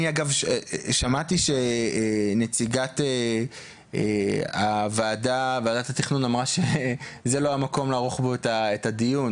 אני אגב שמעתי שנציגת ועדת התכנון אמרה שזה לא המקום לערוך בו את הדיון.